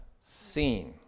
seen